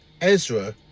Ezra